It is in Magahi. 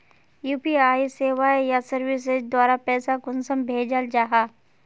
यु.पी.आई सेवाएँ या सर्विसेज द्वारा पैसा कुंसम भेजाल जाहा?